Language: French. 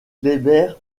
kléber